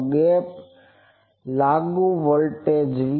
તો ગેપ પર લાગુ વોલ્ટેજ Vi છે